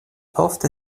ofte